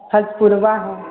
हाथपूरा हो